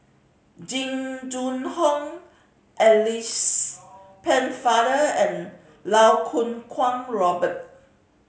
Jing Jun Hong Alice Pennefather and Lau Kong Kwong Robert